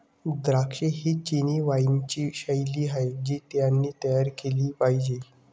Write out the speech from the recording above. द्राक्षे ही चिनी वाइनची शैली आहे जी त्यांनी तयार केली पाहिजे